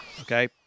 Okay